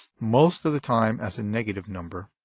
most of the time as a negative number.